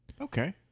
Okay